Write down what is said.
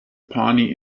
pawnee